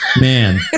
Man